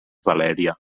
valèria